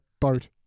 boat